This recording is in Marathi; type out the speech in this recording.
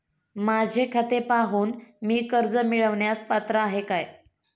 माझे खाते पाहून मी कर्ज मिळवण्यास पात्र आहे काय?